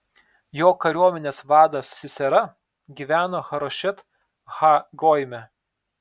jo kariuomenės vadas sisera gyveno harošet ha goime